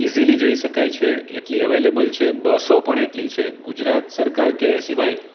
easily જઈ શકાય છે એટલી અવેલેબલ છે બસો પણ એટલી છે ગુજરાત સરકાર કે એ સિવાય